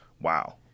Wow